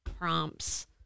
prompts